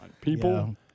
People